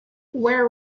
ware